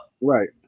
Right